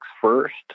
first